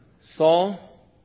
Saul